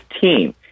team